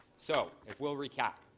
so if we'll recap,